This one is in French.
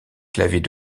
claviers